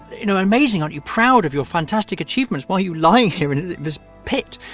you know, amazing? aren't you proud of your fantastic achievements? why are you lying here in this pit?